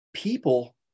People